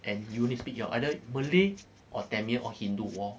and you only speak your other malay or tamil or hindu wor